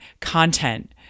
content